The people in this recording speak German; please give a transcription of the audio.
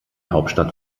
hauptstadt